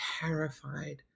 terrified